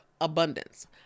abundance